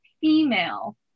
female